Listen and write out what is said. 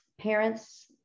parents